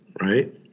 right